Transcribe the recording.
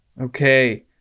Okay